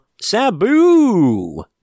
Sabu